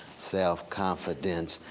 self-confidence,